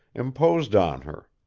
imposed on her.